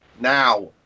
Now